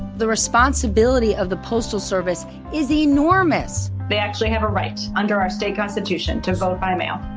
the responsibility of the postal service is enormous. they actually have a right under our state constitution to vote by mail.